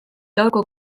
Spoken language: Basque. gaurko